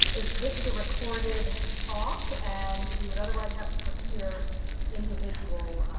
is this is a recorded talk and we would otherwise have to procure individual